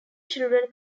children